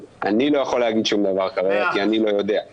אני לא יכול להגיד שום דבר כרגע, כי אני לא יודע.